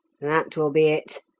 that will be it.